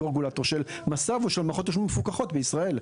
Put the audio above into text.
כי הוא הרגולטור של מס"ב ושל מערכות תשלום מפוקחות בישראל.